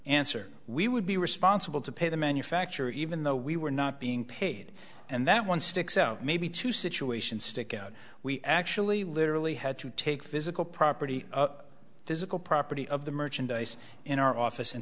answer we would be responsible to pay the manufacturer even though we were not being paid and that one sticks out maybe two situations stick out we actually literally had to take physical property physical property of the merchandise in our office in